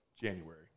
January